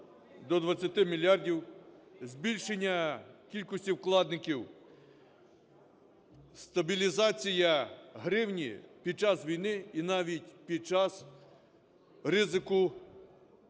до 20 мільярдів, збільшення кількості вкладників, стабілізація гривні під час війни і навіть під час ризику агресії